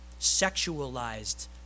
sexualized